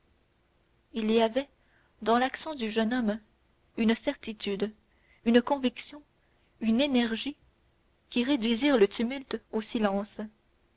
il y avait dans l'accent du jeune homme une certitude une conviction une énergie qui réduisirent le tumulte au silence